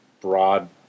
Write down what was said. broad